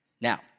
Now